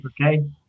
Okay